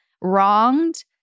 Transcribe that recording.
wronged